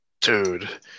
Dude